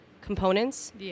components